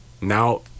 Now